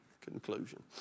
Conclusion